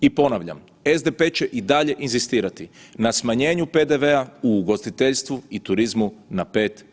I ponavlja, SDP će i dalje inzistirati na smanjenju PDV-a u ugostiteljstvu i turizmu na 5%